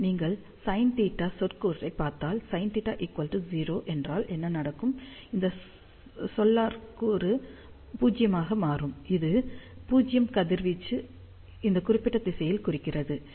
நீங்கள் sinθ சொற்கூறைப் பார்த்தால் sinθ0 என்றால் என்ன நடக்கும் இந்த சொலற்கூறு 0 ஆக மாறும் இது 0 கதிர்வீச்சை இந்த குறிப்பிட்ட திசையில் குறிக்கிறது